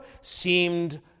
seemed